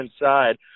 inside